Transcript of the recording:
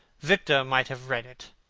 victor might have read it.